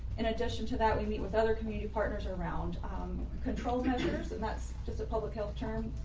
in addition to that we meet with other community partners around um control measures. and that's just a public health term.